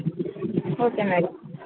okay madam